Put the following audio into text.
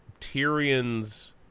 Tyrion's